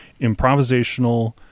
improvisational